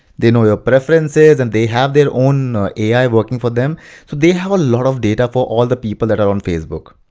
they know your preferences. and they have their own ai working for them, so they have a lot of data for all people that are on facebook.